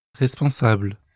responsable